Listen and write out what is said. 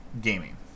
gaming